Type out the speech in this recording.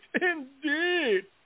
Indeed